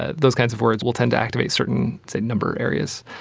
ah those kinds of words will tend to activate certain number areas.